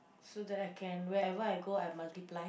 so that I can wherever I go I multiply